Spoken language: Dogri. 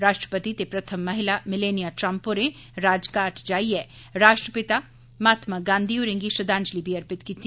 राश्ट्रपति ते प्रथम महिला मेलानिया ट्रंप होरें राजघाट जाइयै राश्ट्रपिता महात्मा गांधी होरें गी श्रद्वांजलि बी अर्पित कीती